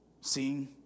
seeing